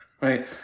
right